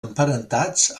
emparentats